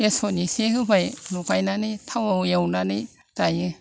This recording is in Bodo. बेसन एसे होबाय लगायनानै थावआव एवनानै जायो